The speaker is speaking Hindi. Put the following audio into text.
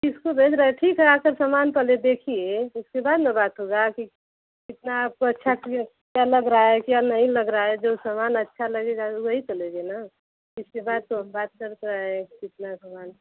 किसको भेज रहे ठीक हे आकर सामान पहले देखिए उसके बाद न बात होगा की कितना आपको अच्छा क्या लग रहा है क्या नहीं लग रहा है जो समान अच्छा लगेगा वही तो लेंगे न इसके बाद तो बात करते है कितना सामान